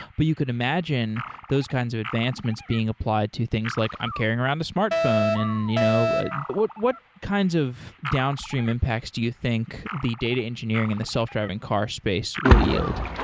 but you could imagine those kinds of advancements being applied to things like, i'm carrying around a smartphone. and you know but what what kinds of downstream impacts do you think the data engineering and the self-driving car space will yield?